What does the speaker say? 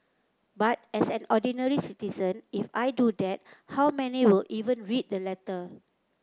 but as an ordinary citizen if I do that how many will even read the letter